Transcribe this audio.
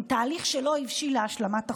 עם תהליך שלא הבשיל להשלמת החוקה,